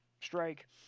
strike